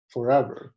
Forever